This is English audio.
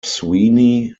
sweeney